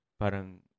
Parang